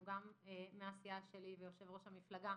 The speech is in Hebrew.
והוא גם מהסיעה שלי ויושב-ראש המפלגה,